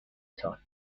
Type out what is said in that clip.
تان